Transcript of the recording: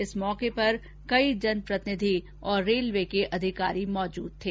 इस अवसर पर कई जनप्रतिनिधि और रेलवे के अधिकारी मौजूद थे